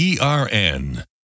ERN